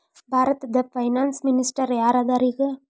ಭಾರತದ finance minister ಯಾರ್ ಅದರ ಈಗ?